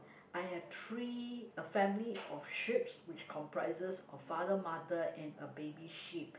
I have three a family of sheeps which comprises of father mother and a baby sheep